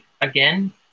again